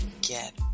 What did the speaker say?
Get